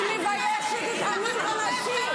את מביישת את המין הנשי.